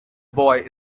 boy